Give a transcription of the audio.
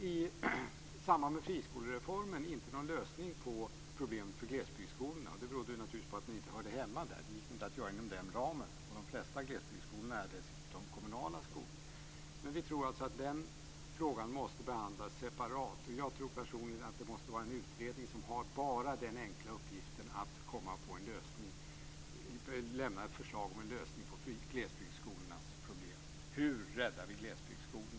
I samband med friskolereformen fick vi inte någon lösning på problemen för glesbygdsskolorna. Det berodde naturligtvis på att de inte hörde hemma där. Det gick inte att göra inom den ramen. De flesta glesbygdsskolorna är dessutom kommunala skolor. Vi tror att den frågan måste behandlas separat. Jag tror personligen att det måste vara en utredning som har bara den enkla uppgiften att lämna förslag till lösning på glesbygdsskolornas problem. Hur räddar vi glesbygdsskolorna?